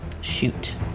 shoot